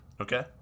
Okay